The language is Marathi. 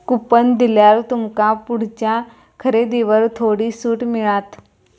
कुपन दिल्यार तुमका पुढच्या खरेदीवर थोडी सूट मिळात